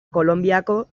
kolonbiako